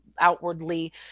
outwardly